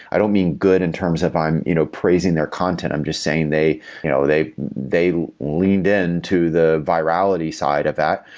i don't mean good in terms of i'm you know praising their content. i'm just saying they you know they leaned into the virality side of that.